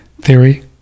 theory